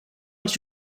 els